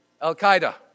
al-Qaeda